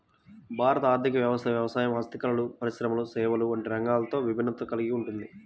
భారత ఆర్ధిక వ్యవస్థ వ్యవసాయం, హస్తకళలు, పరిశ్రమలు, సేవలు వంటి రంగాలతో విభిన్నతను కల్గి ఉంది